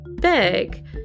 big